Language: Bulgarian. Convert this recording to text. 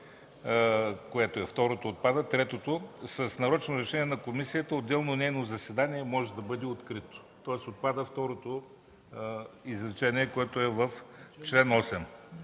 остане третото изречение: „С нарочно решение на комисията отделно нейно заседание може да бъде открито”. Тоест отпада второто изречение, което е в чл. 8.